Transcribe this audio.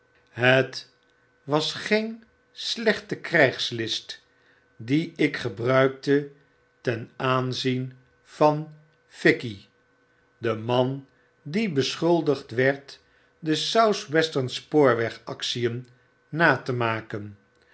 het was geen slechte krygslist die ik gebruikte ten aanzien van fikey den man die beschuldigd werd de south western spoorwegactien na te maken